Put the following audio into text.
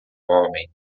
homem